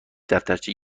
دفترچه